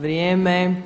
Vrijeme.